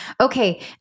okay